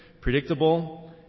predictable